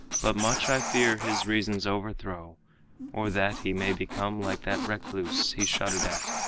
but much i fear his reason's overthrow or that he may become like that recluse he shuddered at,